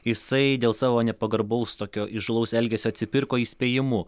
jisai dėl savo nepagarbaus tokio įžūlaus elgesio atsipirko įspėjimu